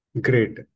Great